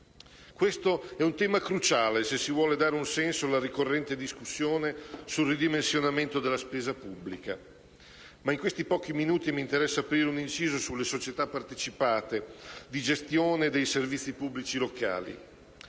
Questo è un tema cruciale se si vuole dare un senso alla ricorrente discussione sul ridimensionamento della spesa pubblica. In conclusione, vorrei intervenire brevemente sulle società partecipate di gestione dei servizi pubblici locali.